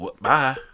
bye